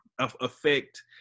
affect